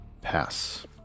Pass